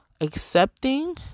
accepting